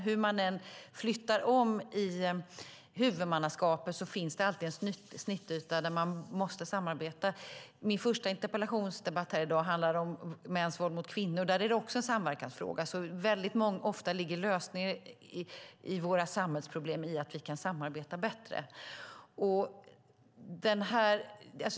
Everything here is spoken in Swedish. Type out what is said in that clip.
Hur man än flyttar om i huvudmannaskapet finns det alltid en snittyta där man måste samarbeta. Min första interpellationsdebatt här i dag handlade om mäns våld mot kvinnor, och det är också en samverkansfråga. Väldigt ofta ligger lösningarna på våra samhällsproblem i att vi kan samarbeta bättre.